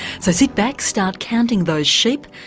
so sit back, start counting those sheep.